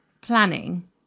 planning